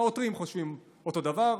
העותרים חושבים אותו דבר,